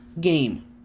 game